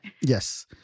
Yes